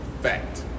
Fact